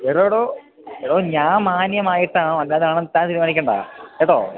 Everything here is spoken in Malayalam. എടോയെടോ എടോ ഞാന് മാന്യമായിട്ടാണോ അല്ലാതെയാണോയെന്ന് താൻ തീരുമാനിക്കേണ്ട കേട്ടോ